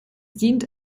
dient